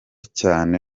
cyane